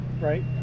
right